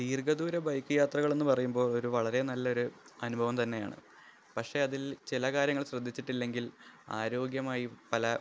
ദീര്ഘ ദൂര ബൈക്ക് യാത്രകള് എന്നു പറയുമ്പോൾ ഒരു വളരെ നല്ലൊരു അനുഭവം തന്നെയാണ് പക്ഷെ അതില് ചില കാര്യങ്ങള് ശ്രദ്ധിച്ചിട്ടില്ലെങ്കില് ആരോഗ്യമായും പല